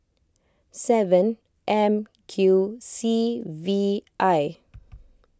seven M Q C V I